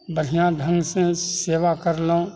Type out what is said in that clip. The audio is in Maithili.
बढ़िआँ ढङ्ग से सेवा कयलहुॅं